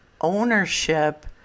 ownership